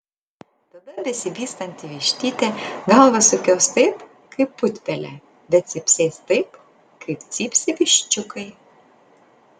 tada besivystanti vištytė galvą sukios taip kaip putpelė bet cypsės taip kaip cypsi viščiukai